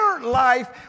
life